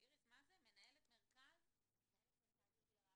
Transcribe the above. מנהלת מרכז שהוא מרכז ייחודי.